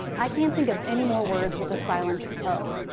i can't think of any more words with a silent o.